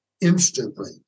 instantly